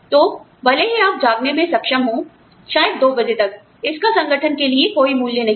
तो भले ही आप जागने में सक्षम हों शायद 2 बजे तक इसका संगठन के लिए कोई मूल्य नहीं है